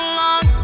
long